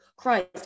Christ